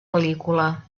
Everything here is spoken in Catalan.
pel·lícula